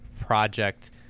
project